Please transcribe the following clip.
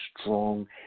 strong